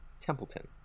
Templeton